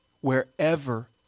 wherever